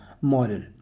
model